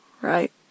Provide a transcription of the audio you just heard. right